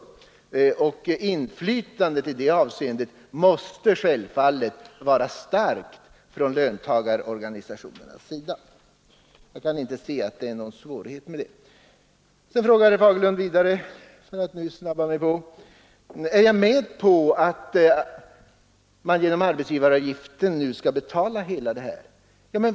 Och inflytandet måste självfallet vara starkt från löntagarorganisationernas sida. Jag kan inte se att det är någon svårighet att åstadkomma det. Vidare frågar herr Fagerlund om jag är med på att man genom arbetsgivaravgift skall betala detta.